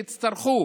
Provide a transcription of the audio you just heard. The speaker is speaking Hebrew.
יצטרכו